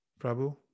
Prabhu